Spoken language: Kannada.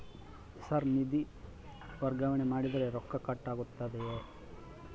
ಸರ್ ನಿಧಿ ವರ್ಗಾವಣೆ ಮಾಡಿದರೆ ರೊಕ್ಕ ಕಟ್ ಆಗುತ್ತದೆಯೆ?